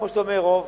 כמו שאתה אומר: רוב.